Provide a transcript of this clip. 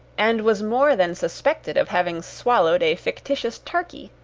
and was more than suspected of having swallowed a fictitious turkey,